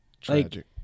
Tragic